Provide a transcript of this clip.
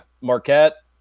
Marquette